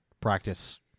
practice